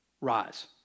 rise